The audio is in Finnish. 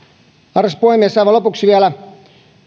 arvoisa puhemies aivan lopuksi vielä